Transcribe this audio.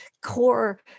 core